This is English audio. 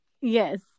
Yes